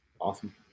Awesome